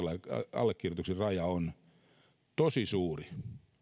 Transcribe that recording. allekirjoituksen raja on tosi suuri